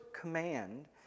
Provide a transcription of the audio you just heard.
command